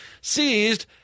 seized